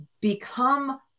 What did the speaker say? become